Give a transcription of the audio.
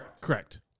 Correct